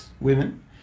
women